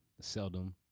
Seldom